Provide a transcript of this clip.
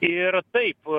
ir taip